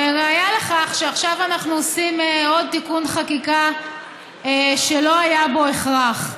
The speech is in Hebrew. והראיה לכך היא שעכשיו אנחנו עושים עוד תיקון חקיקה שלא היה בו הכרח.